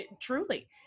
Truly